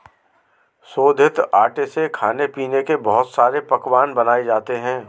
शोधित आटे से खाने पीने के बहुत सारे पकवान बनाये जाते है